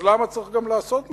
אז למה צריך גם לעשות משהו?